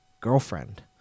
girlfriend